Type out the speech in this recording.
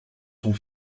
sont